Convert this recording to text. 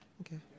Okay